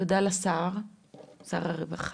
תודה לשר הרווחה,